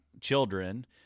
children